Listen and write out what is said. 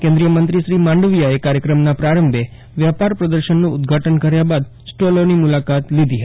કેન્દ્રીય મંત્રી શ્રી માંડવીયાએ કાર્યક્રમના પ્રારંભે વ્યાપાર પ્રદર્શનનું ઉદઘાટન કર્યા બાદ સ્ટોલોની મુલાકાત લીધી હતી